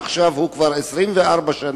עכשיו הוא כבר 24 שנה,